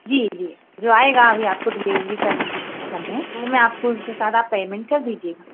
जी जी जो आएगा अभी आपको डिलीवरी करने तो मैम उसके साथ आप पेमेंट कर दीजिएगा